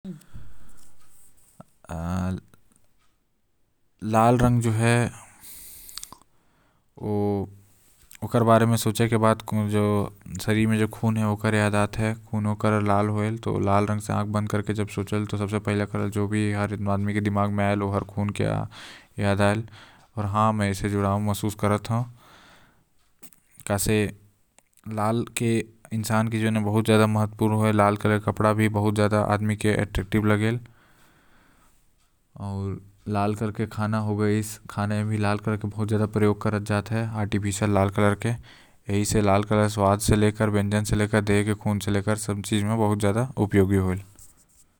लाल रंग ल सोचे के बाद जो मोला पहिला चीज याद आएल। ओ ह खून आऊ सबसे पहिले यही आएल आदमी मन के मन म आऊ ओकर बाद मै ए रंग से जुड़ाव भी महसूस करत हु। काबर की लाल कपड़ा भी होल जो आदमी मन म बहुत सूट करेल।